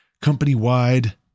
company-wide